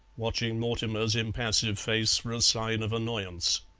watching mortimer's impassive face for a sign of annoyance.